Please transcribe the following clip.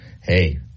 Hey